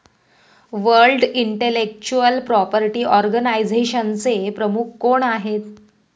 World intellectual property ऑर्गनायझेशनचे प्रमुख कोण आहेत?